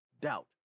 Doubt